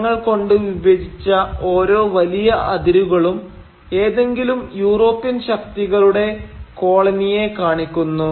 നിറങ്ങൾ കൊണ്ട് വിഭജിച്ച ഓരോ വലിയ അതിരുകളും ഏതെങ്കിലും യൂറോപ്യൻ ശക്തികളുടെ കോളനിയെ കാണിക്കുന്നു